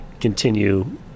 continue